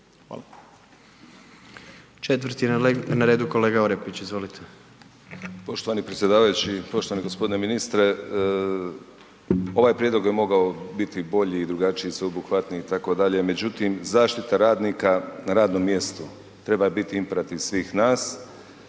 Četvrti na redu kolega Orepić, izvolite.